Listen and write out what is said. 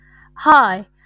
Hi